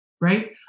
Right